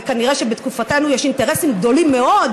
כנראה שבתקופתנו יש אינטרסים גדולים מאוד